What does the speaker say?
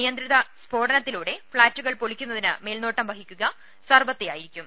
നിയന്ത്രിത സ്ഫോടനത്തിലൂടെ ഫ്ളാറ്റുകൾ പൊളിക്കുന്നതിന് മേൽനോട്ടം വഹിക്കുക സർവ്വത്തെ ആയിരിക്കും